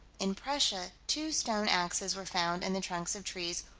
in prussia, two stone axes were found in the trunks of trees,